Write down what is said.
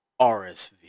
RSV